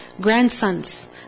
grandsons